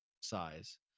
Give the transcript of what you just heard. size